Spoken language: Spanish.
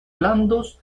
blandos